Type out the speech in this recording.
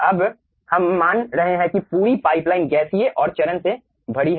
अब हम मान रहे हैं कि पूरी पाइपलाइन गैसीय और चरण से भरी है